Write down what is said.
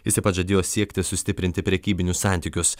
jis taip pat žadėjo siekti sustiprinti prekybinius santykius